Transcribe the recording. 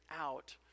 out